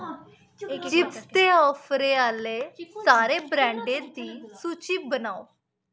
chips दे ऑफरें आह्ले सारे ब्रांडें दी सूची बनाओ